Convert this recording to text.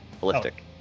Ballistic